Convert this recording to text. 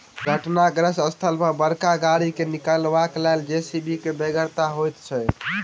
दुर्घटनाग्रस्त स्थल पर बड़का गाड़ी के निकालबाक लेल जे.सी.बी के बेगरता होइत छै